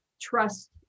trust